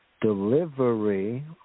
delivery